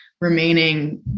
remaining